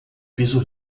piso